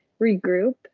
regroup